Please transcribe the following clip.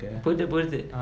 புரிது புரிது:purithu purithu